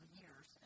years